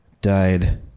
died